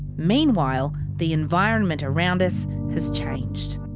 meanwhile, the environment around us has changed.